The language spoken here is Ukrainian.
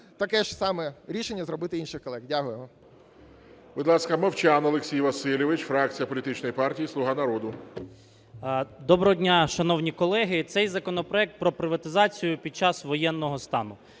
таке ж саме рішення зробити інших колег. Дякую.